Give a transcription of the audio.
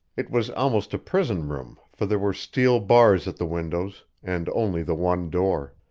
it was almost a prison room, for there were steel bars at the windows, and only the one door.